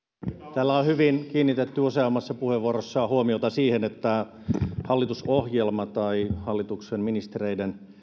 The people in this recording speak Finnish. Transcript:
täällä on hyvin kiinnitetty useammassa puheenvuorossa huomiota siihen että hallitusohjelma tai hallituksen ministereiden